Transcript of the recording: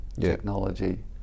technology